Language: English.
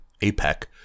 APEC